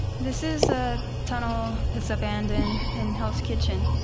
this is a tunnel that's abandoned in hell's kitchen.